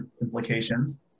implications